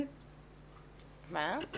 בלי להתייחס לפערים המאוד-מאוד גדולים